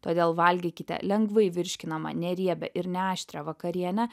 todėl valgykite lengvai virškinamą neriebią ir ne aštrią vakarienę